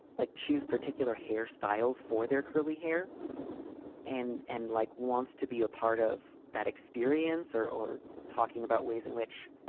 like, choose particular hairstyles for their curly hair and and like wants to be a part of that experience or or talking about ways in which.